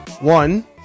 one